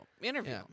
interview